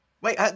Wait